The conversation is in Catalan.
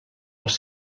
als